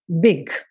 Big